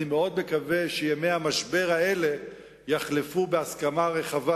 אני מאוד מקווה שימי המשבר האלה יחלפו בהסכמה רחבה